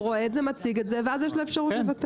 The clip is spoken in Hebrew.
הוא רואה את זה מוצג ואז יש לו אפשרות לבטל.